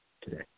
today